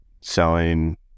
selling